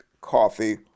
Coffee